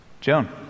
Joan